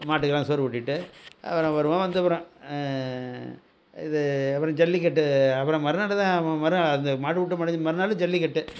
மாட்டுக்கெலாம் சோறு ஊட்டிட்டு அப்புறம் வருவோம் வந்து அப்புறம் இது அப்புறம் ஜல்லிக்கட்டு அப்புறம் மறுநாள் தான் மறுநாள் அந்த மாடுவிட்டு முடிஞ்சு மறுநாள் ஜல்லிக்கட்டு